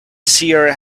seer